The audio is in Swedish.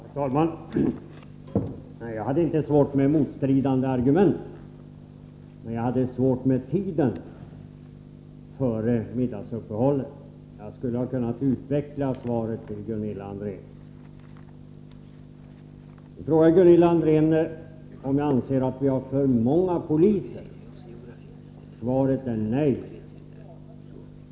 Herr talman! Jag hade inte svårt med motstridande argument, utan jag hade svårt med tiden före middagsuppehållet. Jag skulle ha kunnat utveckla svaret till Gunilla André. Nu frågar Gunilla André om jag anser att vi har för många poliser. Svaret är nej.